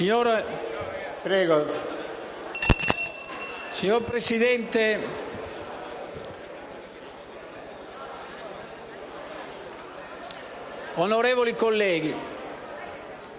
Signor Presidente, onorevoli colleghi,